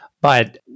But-